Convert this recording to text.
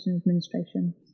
administration